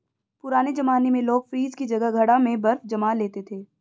पुराने जमाने में लोग फ्रिज की जगह घड़ा में बर्फ जमा लेते थे